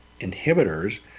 inhibitors